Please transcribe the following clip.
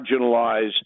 marginalize